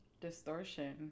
distortion